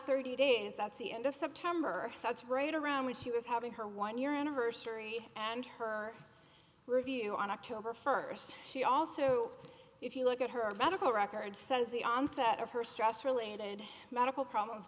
thirty days that's the end of september that's right around when she was having her one year anniversary and her review on october first she also if you look at her medical records says the onset of her stress related medical problems